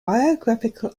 biographical